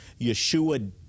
yeshua